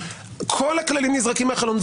כל הכללים נזרקים מהחלון.